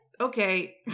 Okay